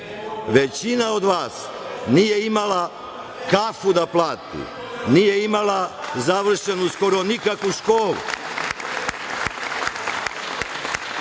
Većina od vas nije imala kafu da plati, nije imala završenu skoro nikakvu školu.